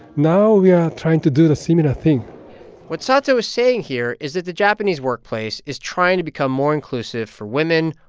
now we are trying to do the similar thing what sato is saying here is that the japanese workplace is trying to become more inclusive for women,